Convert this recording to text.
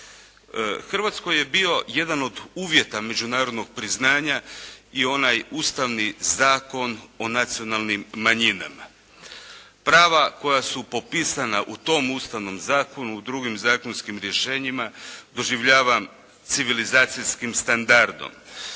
Hrvatskoj je bio jedan od uvjeta međunarodnog priznanja i onaj Ustavni zakon o nacionalnim manjinama. Prava koja su popisana u tom ustavnom zakonu, u drugim zakonskim rješenjima doživljavam civilizacijskim standardom.